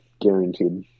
guaranteed